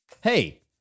Hey